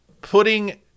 putting